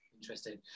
interesting